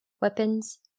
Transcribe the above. weapons